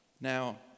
Now